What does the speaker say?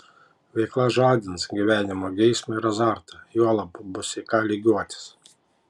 veikla žadins gyvenimo geismą ir azartą juolab bus į ką lygiuotis